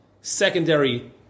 secondary